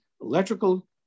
Electrical